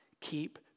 keep